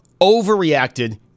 overreacted